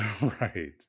Right